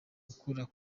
gukura